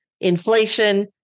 inflation